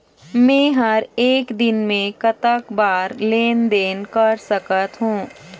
मे हर एक दिन मे कतक बार लेन देन कर सकत हों?